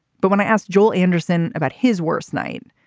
but when i asked joel anderson about his worst night,